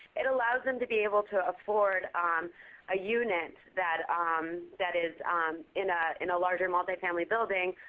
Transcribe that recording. it allows them to be able to afford um a unit that um that is in ah in a larger, multifamily building.